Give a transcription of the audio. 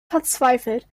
verzweifelt